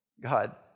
God